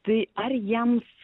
tai ar jiems